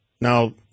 Now